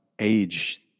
age